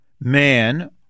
man